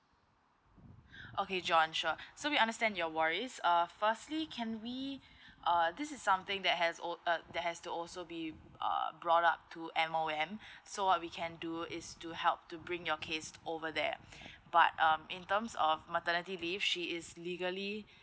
okay john sure so we understand your worries uh firstly can we uh this is something that has al~ uh that has to also be uh brought up to M_O_M so what we can do is to help to bring your kids over there but um in terms of maternity leave she is legally